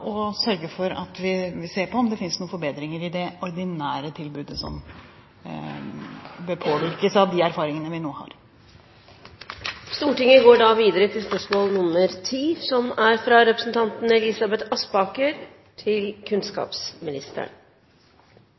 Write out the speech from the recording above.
og spre kunnskap og sørge for at vi ser på om det finnes noen forbedringer i det ordinære tilbudet som bør påvirkes av de erfaringene vi nå har. Jeg tillater meg å stille følgende spørsmål til kunnskapsministeren: «Informasjon fra PP-tjenesten i Nittedal viser at praksis vedrørende tildeling av logopedhjelp til